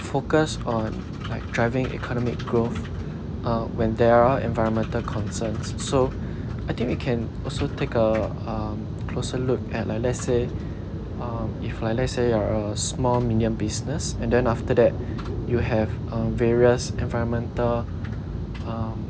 focus on like driving economic growth uh when there are environmental concerns so I think we can also take a uh closer look at like let's say uh if like let's say uh a small medium business and then after that you have uh various environmental uh